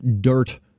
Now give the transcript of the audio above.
Dirt